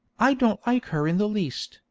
i don't like her in the least,